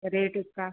rate उसका